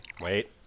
Wait